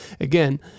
again